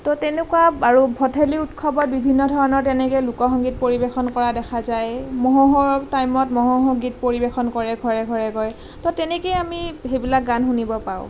তো তেনেকুৱা আৰু ভঠেলী উৎসৱৰ বিভিন্ন ধৰণৰ তেনেকৈ লোকগীত পৰিৱেশন কৰা দেখা যায় মহোহোৰ টাইমত মহোহো গীত পৰিৱেশন কৰে ঘৰে ঘৰে গৈ তো তেনেকৈ আমি সেইবিলাক গান শুনিবলৈ পাওঁ